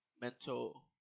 Mental